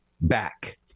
back